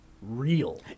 Real